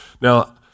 Now